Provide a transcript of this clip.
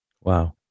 Wow